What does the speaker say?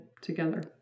together